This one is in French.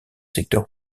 secteur